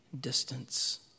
distance